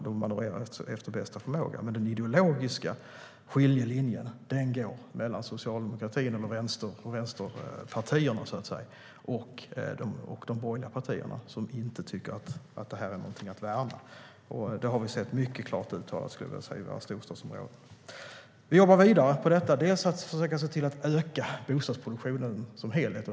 De manövrerar efter bästa förmåga. Den ideologiska skiljelinjen går mellan vänsterpartierna och de borgerliga partierna, som inte tycker att bostadsbyggande är något att värna. Det har vi sett mycket klart uttalat i storstadsområdena. Vi jobbar vidare med dessa frågor, bland annat genom att se till att öka bostadsproduktionen som helhet.